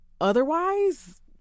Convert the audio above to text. Otherwise